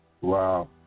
Wow